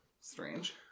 strange